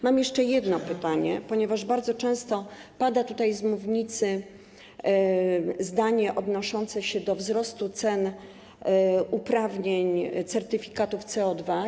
Mam jeszcze jedno pytanie, ponieważ bardzo często pada tutaj z mównicy zdanie odnoszące się do wzrostu cen uprawnień, certyfikatów CO2.